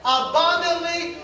abundantly